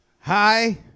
Hi